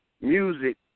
music